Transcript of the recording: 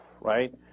right